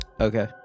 Okay